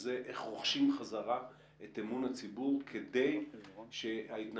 והיא איך רוכשים חזרה את אמון הציבור כדי שההתנהגות